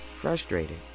frustrated